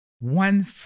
one